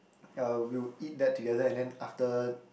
uh we would eat that together and then after